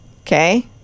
Okay